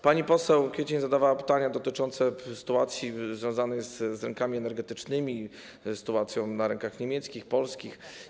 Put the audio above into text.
Pani poseł Kwiecień zadawała pytania dotyczące sytuacji związanej z rynkami energetycznymi, z sytuacją na rynkach niemieckich, polskich.